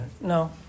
No